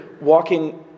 walking